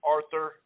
Arthur